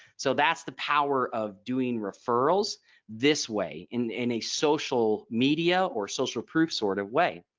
so that's the power of doing referrals this way in in a social media or social proof sort of way.